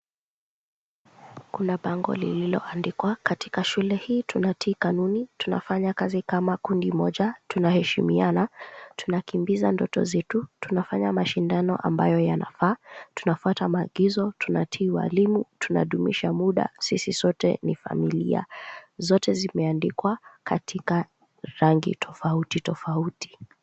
Kuna bango lililoandikwa Katika shule hii, tunatii kanuni, tunafanya kazi kama kundi moja, tunaheshimiana, tunakimbiza ndoto zetu, tunafanya mashindano ambayo yanafaa, tunafuata maagizo, tunatii walimu, tunadumisha muda, sisi sote ni familia. Zote zimeandikwa katika rangi tofauti tofauti.